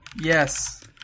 Yes